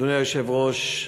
אדוני היושב-ראש,